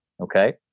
Okay